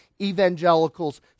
evangelicals